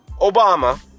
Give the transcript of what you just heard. Obama